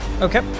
Okay